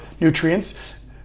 nutrients